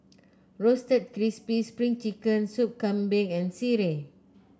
Roasted Crispy Spring Chicken Sup Kambing and sireh